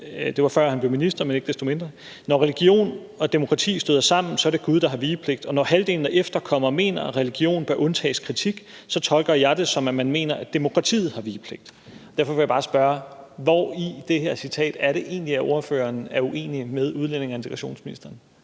det var før, han blev minister, men ikke desto mindre: »Når religion og demokrati støder sammen, så er det Gud, der har vigepligt, og når halvdelen af efterkommere mener, at religion bør undtages kritik, så tolker jeg det som, at man mener, at demokratiet har vigepligt.« Derfor vil jeg bare spørge: Hvor i det her citat er det egentlig at ordføreren er uenig med udlændinge- og integrationsministeren?